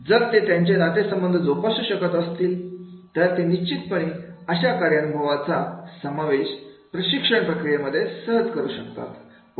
जर ते त्यांचे नातेसंबंध जोपासू शकत असतील तर ते निश्चितपणे अशा कार्यानुभवाच्या समावेश प्रशिक्षण प्रक्रियेमध्ये सहज करू शकतात